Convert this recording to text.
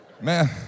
Man